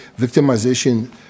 victimization